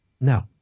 No